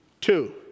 Two